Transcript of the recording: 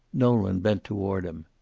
nolan bent toward him.